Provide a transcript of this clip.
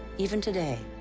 even today,